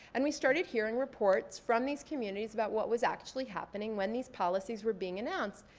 and we started hearing reports from these communities about what was actually happening when these policies were being announced.